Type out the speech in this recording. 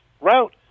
route